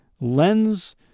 lens